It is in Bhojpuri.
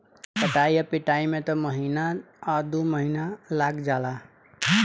कटाई आ पिटाई में त महीना आ दु महीना लाग जाला